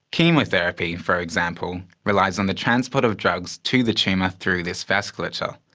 chemotherapy, for example, relies on the transport of drugs to the tumour through this vasculature,